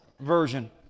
version